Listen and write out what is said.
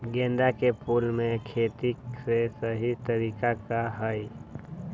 गेंदा के फूल के खेती के सही तरीका का हाई?